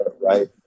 Right